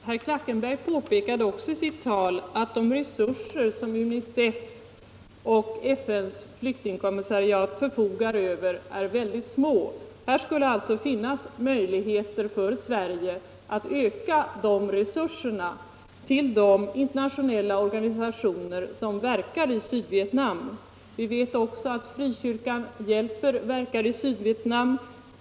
Herr talman! Herr Klackenberg påpekade i sitt tal också att de resurser som UNICEF och FN:s flyktingkommissariat förfogar över är mycket små. Det skulle finnas möjlighet för Sverige att öka resurserna för de internationella organisationer som verkar i Sydvietnam. Vi vet också att Frikyrkan hjälper verkar i Sydvietnam.